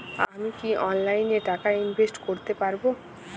আমি কি অনলাইনে টাকা ইনভেস্ট করতে পারবো?